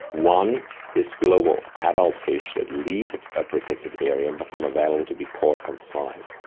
one is spillover of adult fish that leave a protected area and become available to be caught outside.